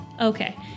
Okay